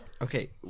Okay